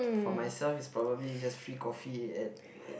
for myself it's probably just free coffee at